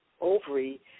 ovary